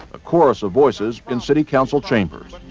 a chorus of voices in city council chambers.